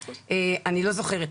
אני לא זוכרת,